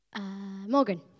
Morgan